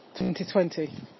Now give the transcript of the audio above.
2020